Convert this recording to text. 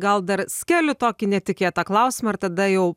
gal dar skeliu tokį netikėtą klausimą ir tada jau